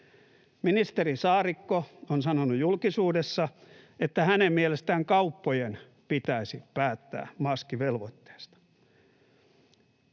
Ministeri Saarikko on sanonut julkisuudessa, että hänen mielestään kauppojen pitäisi päättää maskivelvoitteesta.